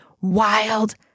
wild